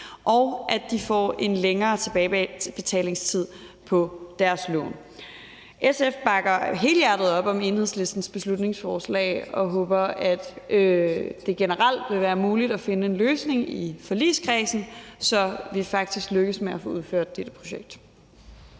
og at de får en længere tilbagebetalingstid på deres lån. SF bakker helhjertet op om Enhedslistens beslutningsforslag og håber, at det generelt vil være muligt at finde en løsning i forligskredsen, så vi faktisk lykkes med at få udført dette projekt.